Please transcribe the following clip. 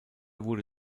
wurde